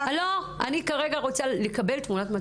אני כרגע רוצה לקבל את תמונת המצב.